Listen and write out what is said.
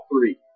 three